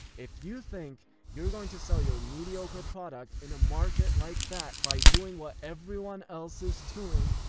if you think you're going to sell your mediocre product in a market like that by doing what everyone else is doing,